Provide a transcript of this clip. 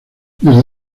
desde